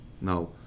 Now